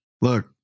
look